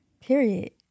period